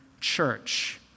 church